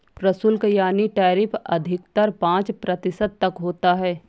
प्रशुल्क यानी टैरिफ अधिकतर पांच प्रतिशत तक होता है